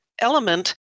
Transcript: element